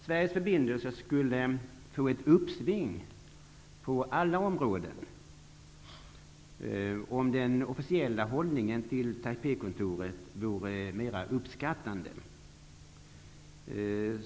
Sveriges förbindelser skulle få ett uppsving på alla områden, om den officiella hållningen till Taipeikontoret vore mera uppskattande.